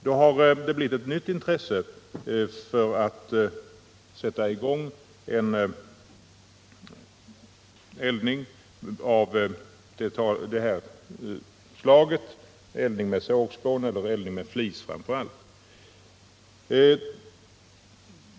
Därför har det blivit ett nytt intresse för att sätta i gång eldning av det här slaget — framför allt eldning med flis.